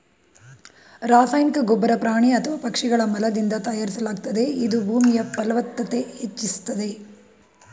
ರಾಸಾಯನಿಕ ಗೊಬ್ಬರ ಪ್ರಾಣಿ ಅಥವಾ ಪಕ್ಷಿಗಳ ಮಲದಿಂದ ತಯಾರಿಸಲಾಗ್ತದೆ ಇದು ಭೂಮಿಯ ಫಲವ್ತತತೆ ಹೆಚ್ಚಿಸ್ತದೆ